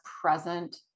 present